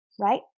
right